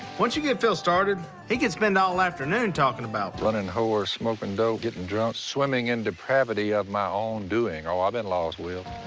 once you get phil started, he could spend all afternoon talking about. runnin' whores, smoking dope, getting drunk, swimming in depravity of my own doing. oh, i've ah been lost, will.